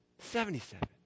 Seventy-seven